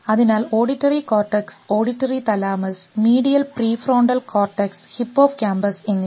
അതിനാൽ auditory cortex auditory thalamus medial prefrontal cortex hippocampus എന്നിവ